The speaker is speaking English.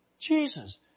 Jesus